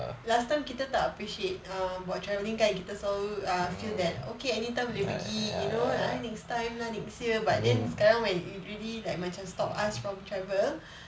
last time kita tak appreciate err buat travelling kan kita selalu err feel that okay anytime boleh pergi you know next time lah next year but then sekarang when it's really like macam stop us from travel